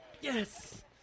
Yes